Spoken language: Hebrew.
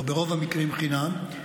או ברוב המקרים חינם,